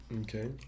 Okay